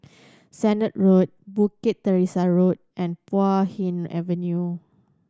Sennett Road Bukit Teresa Road and Puay Hee Avenue